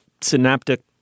synaptic